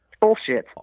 Bullshit